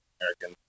American